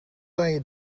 leien